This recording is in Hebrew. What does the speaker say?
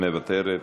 מוותרת.